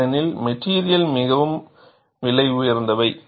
ஏனெனில் மெட்டிரியல் மிகவும் விலை உயர்ந்தவை